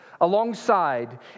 alongside